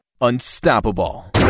unstoppable